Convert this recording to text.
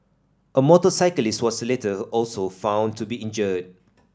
a motorcyclist was later also found to be injured